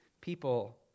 People